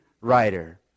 writer